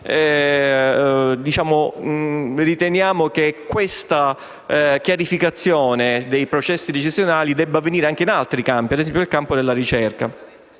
riteniamo che la chiarificazione dei processi decisionali debba avvenire anche in altri campi come - ad esempio - in quello della ricerca.